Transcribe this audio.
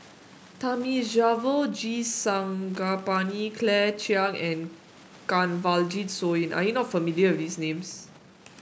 Thamizhavel G Sarangapani Claire Chiang and Kanwaljit Soin are you not familiar with these names